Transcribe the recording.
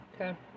Okay